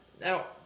now